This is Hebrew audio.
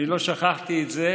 אני לא שכחתי את זה.